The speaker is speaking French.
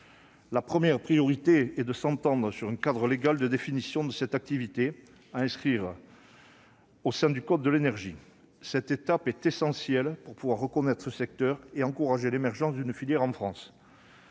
La première priorité est de s'entendre sur une définition légale de cette activité, à inscrire dans le code de l'énergie. Cette étape est essentielle pour pouvoir reconnaître ce secteur et encourager l'émergence d'une filière en France.